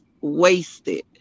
wasted